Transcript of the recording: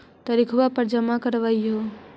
तरिखवे पर जमा करहिओ?